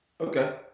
Okay